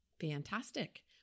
Fantastic